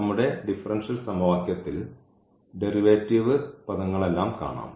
നമ്മുടെ ഡിഫറൻഷ്യൽ സമവാക്യത്തിൽ ഡെറിവേറ്റീവ് പദങ്ങളെല്ലാം കാണാം